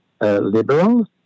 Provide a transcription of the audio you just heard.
Liberal